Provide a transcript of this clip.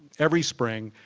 every spring,